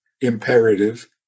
imperative